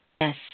yes